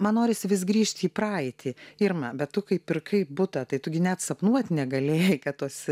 man norisi vis grįžti į praeitį irma bet tu kai pirkai butą tai tu gi net sapnuot negalėjai kad tuos